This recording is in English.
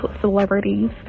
celebrities